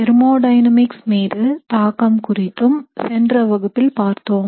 thermodynamics அல்லது சமநிலையிலும் solvent ன் தாக்கம் குறித்தும் சென்ற வகுப்பில் பார்த்தோம்